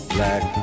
Black